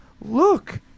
Look